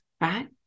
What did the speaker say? right